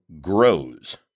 grows